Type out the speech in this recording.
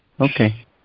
Okay